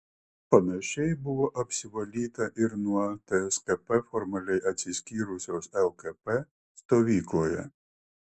panašiai buvo apsivalyta ir nuo tskp formaliai atsiskyrusios lkp stovykloje